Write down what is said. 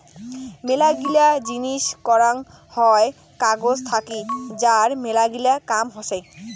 মেলাগিলা জিনিস করাং হই কাগজ থাকি যার মেলাগিলা কাম হসে